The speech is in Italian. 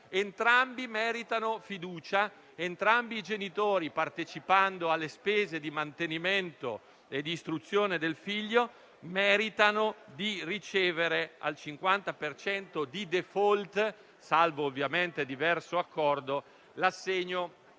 genitori meritano fiducia ed entrambi, partecipando alle spese di mantenimento e d'istruzione del figlio, meritano di ricevere, al 50 per cento di *default*, salvo ovviamente diverso accordo, l'assegno